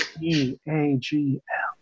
E-A-G-L